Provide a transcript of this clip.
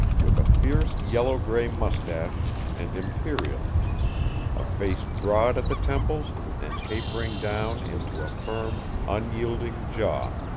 with a fierce yellow-gray mustache and imperial a face broad at the temples and tapering down into a firm, unyielding jaw,